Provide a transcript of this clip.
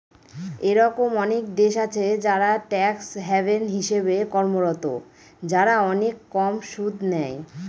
এরকম অনেক দেশ আছে যারা ট্যাক্স হ্যাভেন হিসেবে কর্মরত, যারা অনেক কম সুদ নেয়